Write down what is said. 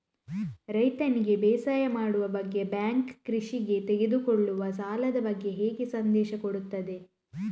ರೈತನಿಗೆ ಬೇಸಾಯ ಮಾಡುವ ಬಗ್ಗೆ ಬ್ಯಾಂಕ್ ಕೃಷಿಗೆ ತೆಗೆದುಕೊಳ್ಳುವ ಸಾಲದ ಬಗ್ಗೆ ಹೇಗೆ ಸಂದೇಶ ಕೊಡುತ್ತದೆ?